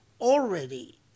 already